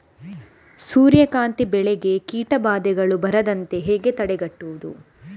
ಸೂರ್ಯಕಾಂತಿ ಬೆಳೆಗೆ ಕೀಟಬಾಧೆಗಳು ಬಾರದಂತೆ ಹೇಗೆ ತಡೆಗಟ್ಟುವುದು?